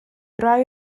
rhai